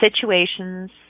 situations